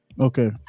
okay